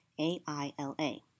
AILA